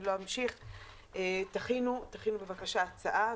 תכינו בבקשה הצעה.